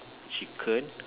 chicken